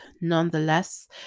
nonetheless